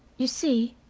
you see,